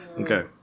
Okay